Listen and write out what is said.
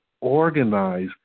organize